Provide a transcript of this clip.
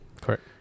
Correct